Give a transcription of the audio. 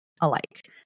alike